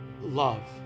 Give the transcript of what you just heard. Love